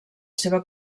seva